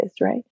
right